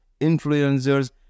influencers